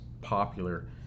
popular